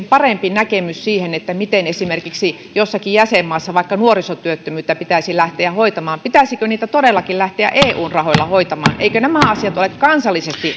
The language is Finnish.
parempi näkemys siihen miten esimerkiksi jossakin jäsenmaassa vaikka nuorisotyöttömyyttä pitäisi lähteä hoitamaan pitäisikö sitä todellakin lähteä eun rahoilla hoitamaan eikö nämä asiat ole kansallisesti